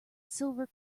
silver